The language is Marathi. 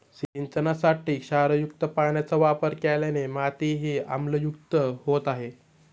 सिंचनासाठी क्षारयुक्त पाण्याचा वापर केल्याने मातीही आम्लयुक्त होत आहे